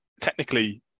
technically